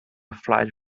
flight